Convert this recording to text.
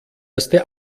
erste